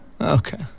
Okay